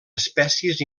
espècies